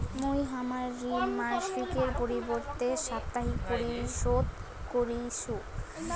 মুই হামার ঋণ মাসিকের পরিবর্তে সাপ্তাহিক পরিশোধ করিসু